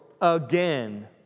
again